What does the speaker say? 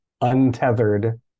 untethered